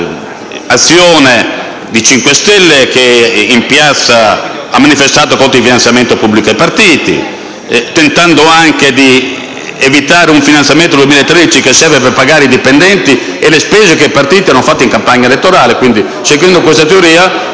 questa azione del Movimento 5 Stelle che in piazza ha manifestato contro il finanziamento pubblico ai partiti, tentando anche di evitare un finanziamento per il 2013 che serve per pagare i dipendenti e le spese che i partiti hanno sostenuto in campagna elettorale. Quindi, seguendo questa teoria,